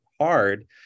hard